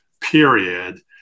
period